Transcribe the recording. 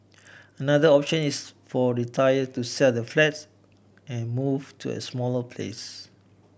another option is for retiree to sell their flats and move to a smaller place